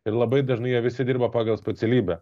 ir labai dažnai jie visi dirba pagal specialybę